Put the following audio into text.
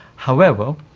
however,